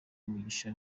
mugisha